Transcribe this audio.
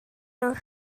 nhw